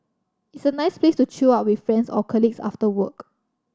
it's a nice place to chill out with friends or colleagues after work